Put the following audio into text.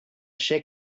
shake